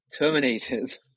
Terminators